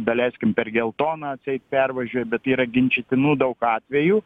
daleiskim per geltoną atseit pervažiuoja bet yra ginčytinų daug atvejų